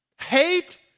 Hate